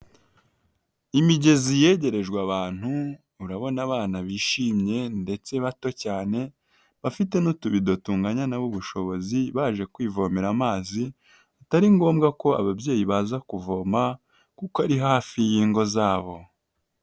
Imigezi yegerejwe abantu urabona abana bishimye ndetse bato cyane bafite n'utubido tunganya nabo ubushobozi baje kwivomera amazi, atari ngombwa ko ababyeyi baza kuvoma kuko ari hafi y'ingo zabo.